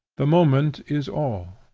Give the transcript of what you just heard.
the moment is all,